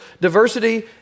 diversity